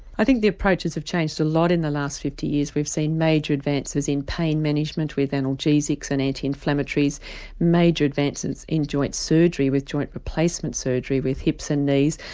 i think the approaches have changed a lot in the last fifty years, we've seen major advances in pain management, with analgesics and anti-inflammatories, and major advances in joint surgery with joint replacement surgery with hips and knees.